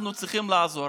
אנחנו צריכים לעזור,